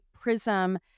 prism